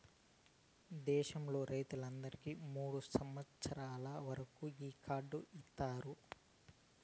దేశంలో రైతులందరికీ మూడు సంవచ్చరాల వరకు ఈ కార్డు ఇత్తారు